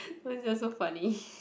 so funny